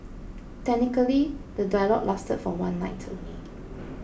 technically the dialogue lasted for one night only